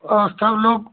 और सब लोग